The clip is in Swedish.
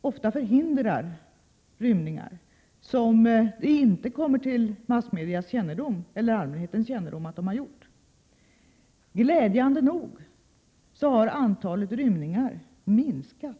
ofta rymningar, vilket inte kommer till massmedias eller allmänhetens kännedom. Glädjande nog har antalet rymningar minskat.